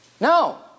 No